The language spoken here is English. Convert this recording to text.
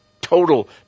total